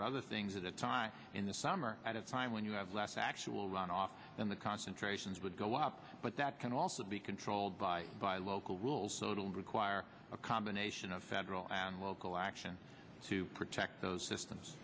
or other things of the time in the summer at a time when you have less actual runoff then the concentrations would go up but that can also be controlled by by local rules so it'll require a combination of federal and local action to protect those systems